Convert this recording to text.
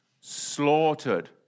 slaughtered